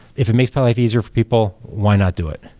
if it makes my life easier for people, why not do it?